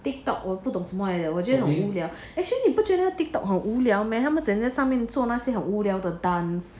Tiktok 我不懂是什么来的我觉的很无聊 actually 你不觉的 Tiktok 很无聊 meh 他们在上面做那些很无聊的 dance